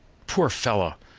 poor fellow!